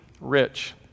rich